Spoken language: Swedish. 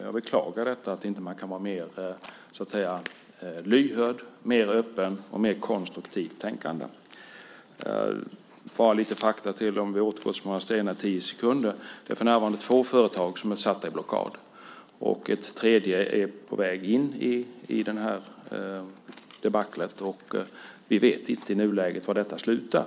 Jag beklagar att man inte kan vara mer lyhörd och mer öppen och visa prov på mer konstruktivt tänkande. Jag vill bara lägga till lite fakta, om vi återgår till Smålandsstenar i tio sekunder. Det är för närvarande två företag som är satta i blockad, och ett tredje är på väg in i detta debacle. Vi vet i nuläget inte var det slutar.